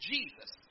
Jesus